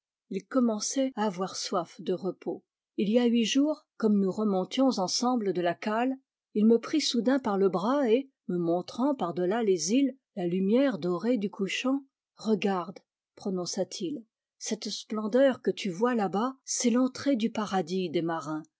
il commençait à avoir soif de repos il y a huit jours comme nous remontions ensemble de la cale il me prit soudain par le bras et me montrant par delà les îles la lumière dorée du couchant regarde prononça-t-il cette splendeur que tu vois là-bas c'est l'entrée du paradis des marins